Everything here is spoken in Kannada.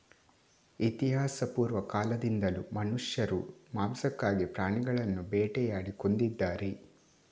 ಇತಿಹಾಸಪೂರ್ವ ಕಾಲದಿಂದಲೂ ಮನುಷ್ಯರು ಮಾಂಸಕ್ಕಾಗಿ ಪ್ರಾಣಿಗಳನ್ನು ಬೇಟೆಯಾಡಿ ಕೊಂದಿದ್ದಾರೆ